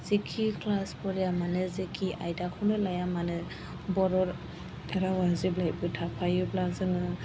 जिखि क्लास फराया मानो जिखि आयदाखौनो लाया मानो बर' रावआ जेब्लायबो थाफायोब्ला जोङो